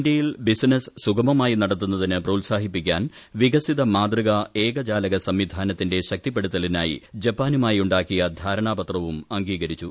ഇന്തൃയിൽ ബിസനസ്സ് സുഗമമായി നടത്തുന്നത് പ്രോത്സാഹിപ്പിക്കാൻ വികസിത മാതൃകാ ഏകജാലക സംവിധാനത്തിന്റെ ശക്തിപ്പെടുത്തലിനായി ജപ്പാനുമായി ഉണ്ടാക്കിയ ധാരണാപത്രവും അംഗീകരിച്ചു